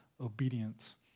obedience